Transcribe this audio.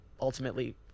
ultimately